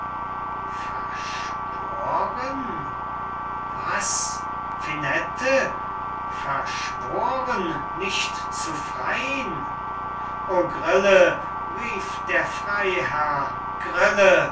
verschworen hätte verschworen was finette verschworen nicht zu frein o grille rief der freiherr grille